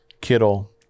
Kittle